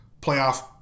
playoff